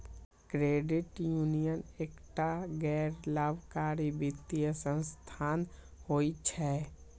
credit union एकटा गैर लाभकारी वित्तीय संस्थान होइ छै